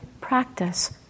practice